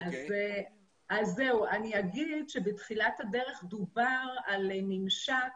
אני אגיד שבתחילת הדרך דובר על ממשק